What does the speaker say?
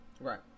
right